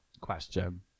question